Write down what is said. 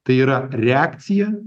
tai yra reakcija